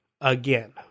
Again